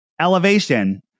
elevation